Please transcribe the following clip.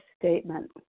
statement